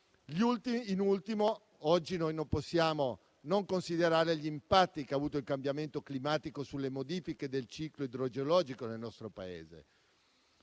Da ultimo, noi non possiamo non considerare gli impatti che ha avuto il cambiamento climatico sulle modifiche del ciclo idrogeologico nel nostro Paese.